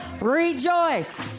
Rejoice